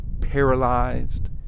paralyzed